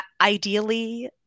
ideally